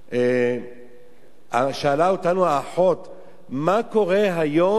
שאלה אותנו האחות מה קורה היום,